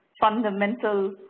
fundamental